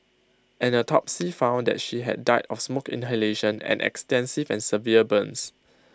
an autopsy found that she had died of smoke inhalation and extensive and severe burns